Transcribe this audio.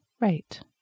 right